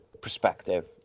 perspective